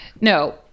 No